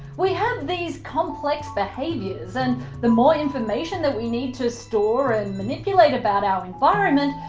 we have these complex behaviours and the more information that we need to store and manipulate about our environment,